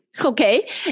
okay